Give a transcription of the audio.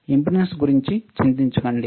impedance గురించి చింతించకండి